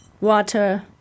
Water